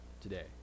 today